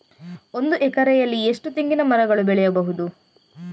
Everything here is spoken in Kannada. ಒಂದು ಎಕರೆಯಲ್ಲಿ ಎಷ್ಟು ತೆಂಗಿನಮರಗಳು ಬೆಳೆಯಬಹುದು?